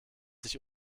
sich